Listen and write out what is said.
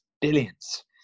billions